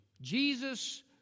Jesus